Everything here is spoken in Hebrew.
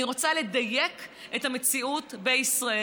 אני רוצה לדייק את המציאות בישראל,